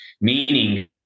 meaning